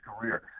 career